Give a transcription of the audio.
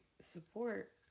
support